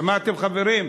שמעתם, חברים?